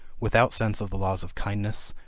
without sense of the laws of kindness,